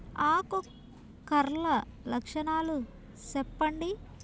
ఆకు కర్ల లక్షణాలు సెప్పండి